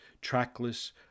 trackless